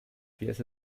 pies